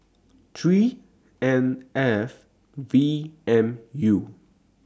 three N F V M U